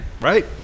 Right